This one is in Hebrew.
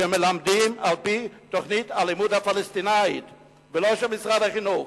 שמלמדים על-פי תוכנית הלימוד הפלסטינית ולא של משרד החינוך,